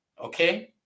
Okay